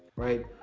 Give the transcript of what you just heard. right?